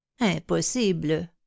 Impossible